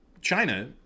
China